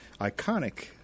iconic